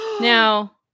Now